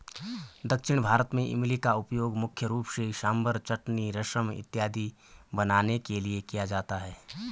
दक्षिण भारत में इमली का उपयोग मुख्य रूप से सांभर चटनी रसम इत्यादि बनाने के लिए किया जाता है